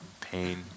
pain